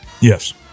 Yes